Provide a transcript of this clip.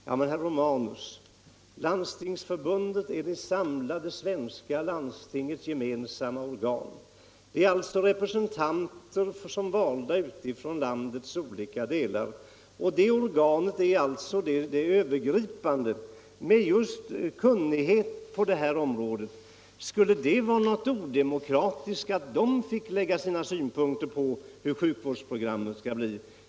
Jamen, herr Romanus, Landstingsförbundet är de samlade svenska landstingens gemensamma organ. Där finns alltså representanter valda ute i landets olika delar och Landstingsförbundet är ett övergripande organ med kunnighet just på det här området. Skulle det vara odemo Nr 87 kratiskt att detta organ fick lägga fram sina synpunkter på hur sjuk Torsdagen den vårdsprogrammet skall vara utformat?